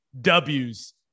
W's